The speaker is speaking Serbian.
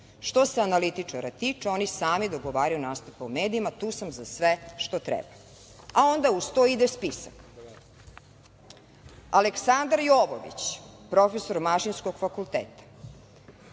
se analitičara tiče, oni sami dogovaraju nastupe u medijima, tu sam za sve što treba. Onda uz to ide spisak; Aleksandar Jovović, profesor Mašinskog fakulteta,